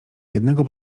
jednego